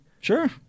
Sure